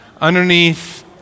underneath